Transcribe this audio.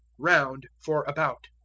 round for about.